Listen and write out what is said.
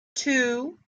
two